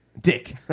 Dick